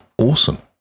Awesome